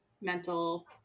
mental